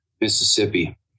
mississippi